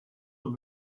from